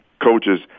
coaches